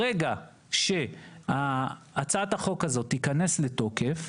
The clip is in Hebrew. ברגע שהצעת החוק תכנס לתוקף,